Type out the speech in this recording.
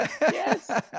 Yes